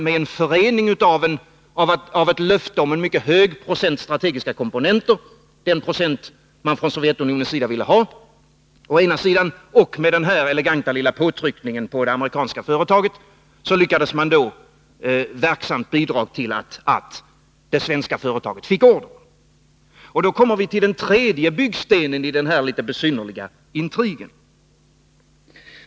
Med en förening av ett löfte om en mycket hög procentandel strategiska komponenter — den procentandel som man från Sovjetunionens sida ville ha — och den eleganta lilla påtryckningen på det amerikanska företaget lyckades man verksamt bidra till att det svenska företaget fick ordern. Då kommer vi till den tredje byggstenen i den här litet besynnerliga intrigen.